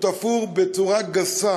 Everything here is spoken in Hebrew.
הוא תפור בצורה גסה